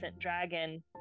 dragon